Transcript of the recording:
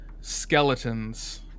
skeletons